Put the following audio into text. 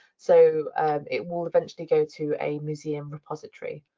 so it will eventually go to a museum repository.